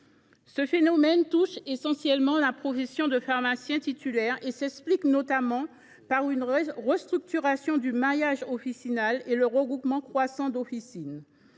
Ce phénomène, qui touche essentiellement la profession de pharmacien titulaire, s’explique notamment par la restructuration du maillage officinal, marqué par le regroupement croissant d’officines.